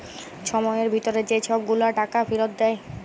ছময়ের ভিতরে যে ছব গুলা টাকা ফিরত দেয়